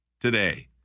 today